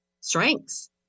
strengths